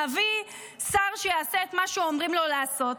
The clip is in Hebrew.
נביא שר שיעשה את מה שאומרים לו לעשות.